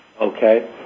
okay